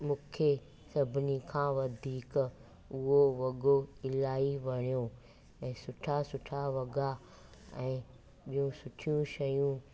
मूंखे सभिनी खां वधीक उहो वॻो इलाही वणियो ऐं सुठा सुठा वॻा ऐं ॿियूं सुठियूं शयूं